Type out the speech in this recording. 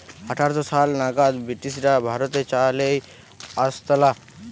আঠার শ সাল নাগাদ ব্রিটিশরা ভারতে চা লেই আসতালা